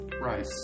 right